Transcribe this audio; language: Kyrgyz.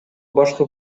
башкы